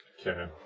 Okay